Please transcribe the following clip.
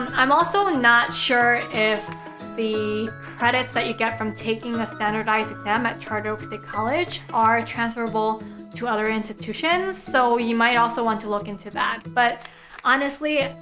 um i'm also not sure if the credits that you get from taking a standardized exam at charter oak state college are transferable to other institutions. so, you might also want to look into that. but honestly,